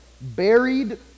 buried